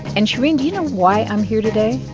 and, shereen, do you why i'm here today?